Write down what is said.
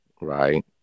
right